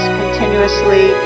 continuously